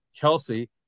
Kelsey